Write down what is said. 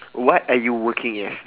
what are you working as